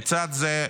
לצד זה,